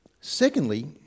Secondly